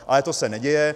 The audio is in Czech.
Ale to se neděje.